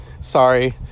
sorry